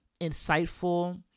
insightful